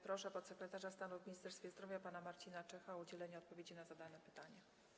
Proszę podsekretarza stanu w Ministerstwie Zdrowia pana Marcina Czecha o udzielenie odpowiedzi na zadane pytania.